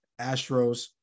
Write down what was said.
Astros